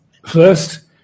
First